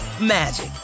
magic